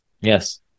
Yes